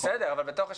אבל בתך השטח,